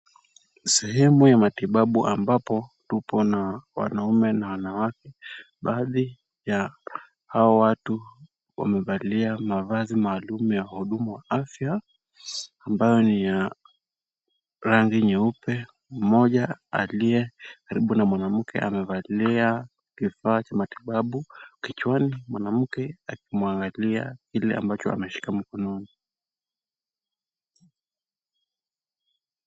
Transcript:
Sehemu ya matibabu ambapo tupo na wanaume na wanawake. Baadhi ya hawa watu wamevalia mavazi maalumu ya wahudumu wa afya ambayo ni ya rangi nyeupe. Mmoja aliye karibu na mwanamke amevalia kifaa cha matibabu kichwani mwanamke akimwangalia kile ambacho ameshika mkononi.